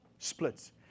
splits